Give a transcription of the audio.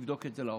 לבדוק את זה לעומק.